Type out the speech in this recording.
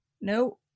no